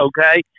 okay